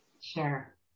Sure